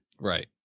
Right